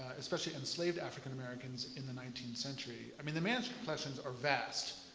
especially enslaved african americans in the nineteenth century. i mean, the manuscript collections are vast.